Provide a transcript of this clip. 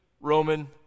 Roman